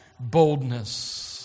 boldness